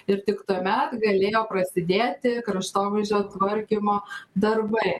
ir tik tuomet galėjo prasidėti kraštovaizdžio tvarkymo darbai